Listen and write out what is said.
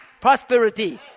prosperity